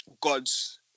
God's